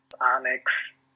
Onyx